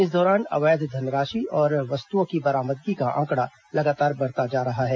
इस दौरान अवैध धनराशि और वस्तुओं की बरामदगी का आंकड़ा लगातार बढ़ता जा रहा है